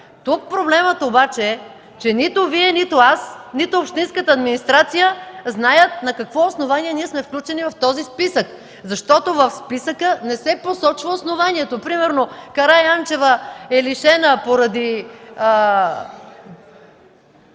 Тук проблемът обаче е, че нито Вие, нито аз, нито общинската администрация знаят на какво основание ние сме включени в този списък, защото в списъка не се посочва основанието. Примерно Караянчева е лишена поради